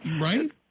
Right